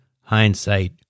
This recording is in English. Hindsight